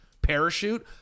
parachute